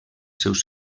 seus